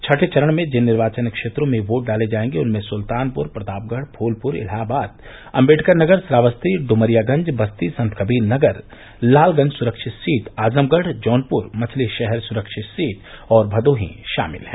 छठे चरण में जिन निर्वाचन क्षेत्रों में वोट डाले जायेंगे उनमें सुल्तानपुर प्रतापगढ़ फूलपुर इलाहाबाद अम्बेडकर नगर श्रावस्ती डुमरियागंज बस्ती संतकबीर नगर लालगंज सुरक्षित सीट आजमगढ़ जौनपुर मछलीशहर सुरक्षित सीट और भदोही शामिल हैं